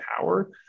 power